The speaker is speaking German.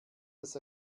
das